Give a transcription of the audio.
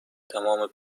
تمام